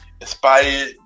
Inspired